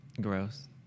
Gross